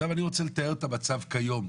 עכשיו אני רוצה לתאר את המצב כיום,